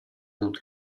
tutti